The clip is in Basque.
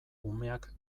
umeak